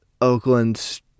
Oakland